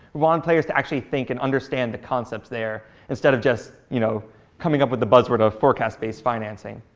wanted players to actually think and understand the concepts there, instead of just you know coming up with the buzzword of forecast-based financing.